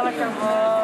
השרה גמליאל,